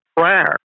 prayer